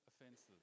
offenses